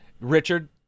richard